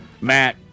Matt